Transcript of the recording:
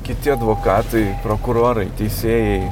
kiti advokatai prokurorai teisėjai